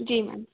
जी ma'am